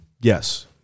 yes